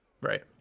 Right